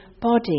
body